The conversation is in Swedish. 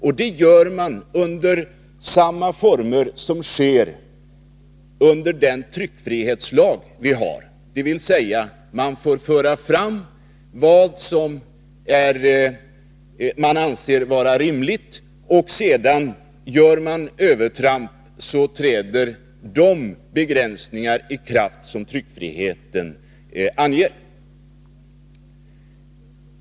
Och det gör man i de former som anges av den närradiolag som vi har, dvs. man får föra fram vad man anser vara rimligt. Om någon gör övertramp träder de begränsningar i kraft som lagen anger.